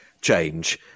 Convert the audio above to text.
change